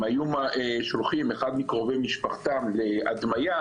אם היו שולחים אחד מקרובי משפחתו להדמיה,